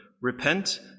repent